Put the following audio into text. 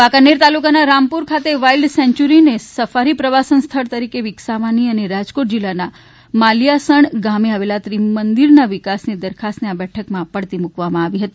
વાંકાનેર તાલુકાના રામપુર ખાતે વાઇલ્ડ સેન્યુરીને સફારી પ્રવાસન સ્થળ તરી કેવિકસાવવાની અને રાજકોટ જિલ્લાના માલીયાસણ ગામે આવેલ ત્રિમંદિરના વિકાસ નીદરખાસ્તને આ બેઠકમાં પડતી મુકવામાં આવી હતી